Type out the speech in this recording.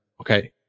okay